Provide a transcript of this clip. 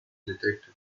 detective